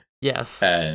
Yes